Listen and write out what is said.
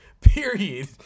Period